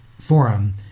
forum